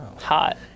Hot